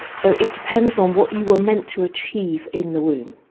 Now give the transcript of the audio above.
so it depends on what you were meant to achieve in the womb.